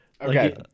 Okay